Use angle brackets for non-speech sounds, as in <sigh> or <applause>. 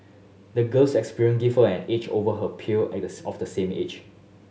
the girl's experience gave her an edge over her peer <unintelligible> of the same age